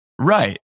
Right